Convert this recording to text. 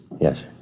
Yes